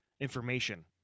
information